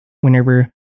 whenever